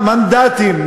מנדטים,